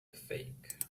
fake